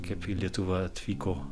kaip į lietuvą atvyko